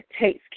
takes